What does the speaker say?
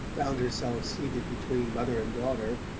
found herself seated between mother and daughter,